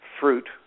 fruit